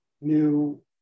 new